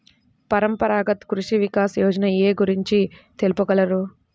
పరంపరాగత్ కృషి వికాస్ యోజన ఏ గురించి తెలుపగలరు?